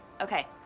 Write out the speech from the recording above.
okay